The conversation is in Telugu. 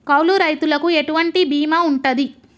కౌలు రైతులకు ఎటువంటి బీమా ఉంటది?